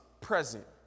present